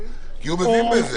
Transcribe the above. כי הוא מבין בזה,